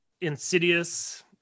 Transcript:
Insidious